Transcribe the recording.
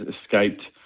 escaped